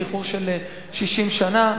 באיחור של 60 שנה.